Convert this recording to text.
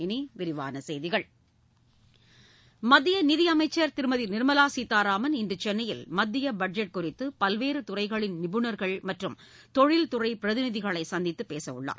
இனி விரிவான செய்திகள் மத்திய நிதியமைச்சர் திருமதி நிர்மலா சீதாராமன் இன்று சென்னையில் மத்திய பட்ஜெட் குறித்து பல்வேறு துறைகளின் நிபுணர்கள் மற்றும் தொழில்துறை பிரதிநிதிகளை சந்தித்து பேசவுள்ளார்